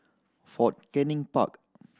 Fort Canning Park